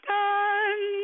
done